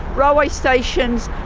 railway stations,